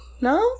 No